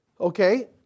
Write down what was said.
Okay